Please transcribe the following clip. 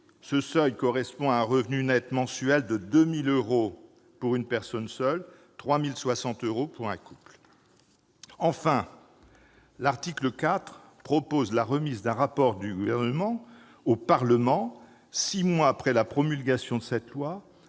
Ce seuil correspond à un revenu net mensuel de 2 000 euros pour une personne seule et de 3 060 euros pour un couple. Enfin, l'article 4 prévoit la remise d'un rapport du Gouvernement au Parlement six mois après la promulgation de cette loi